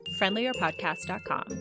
friendlierpodcast.com